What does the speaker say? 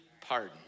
pardon